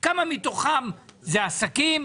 כמה מתוכם הם עסקים?